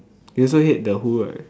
you also hate the who right